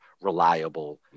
reliable